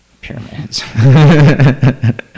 pyramids